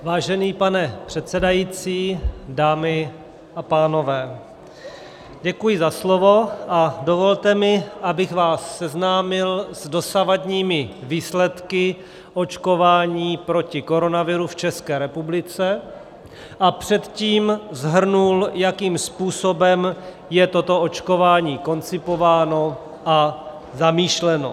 Vážený pane předsedající, dámy a pánové, děkuji za slovo a dovolte mi, abych vás seznámil s dosavadními výsledky očkování proti koronaviru v České republice a předtím shrnul, jakým způsobem je toto očkování koncipováno a zamýšleno.